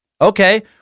Okay